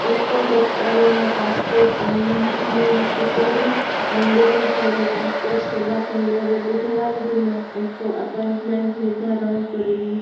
ଏକ ତତ୍କାଳୀନ ପାସପୋର୍ଟ ପାଇଁ ମୁଁ କିପରି ଅମୃତସର ପାସପୋର୍ଟ ସେବା କେନ୍ଦ୍ରରେ ବୁଧବାର ଦିନ ଏକ ଆପଏଣ୍ଟମେଣ୍ଟ ନିର୍ଦ୍ଧାରଣ କରିବି